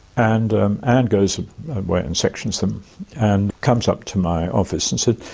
and and goes away and sections them and comes up to my office and said,